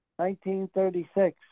1936